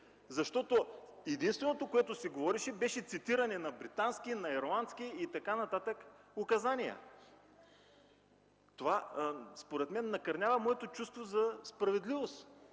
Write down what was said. служби. Единственото, което се говореше, беше цитиране на британски, на ирландски и така нататък указания. Това накърнява моето чувство за справедливост.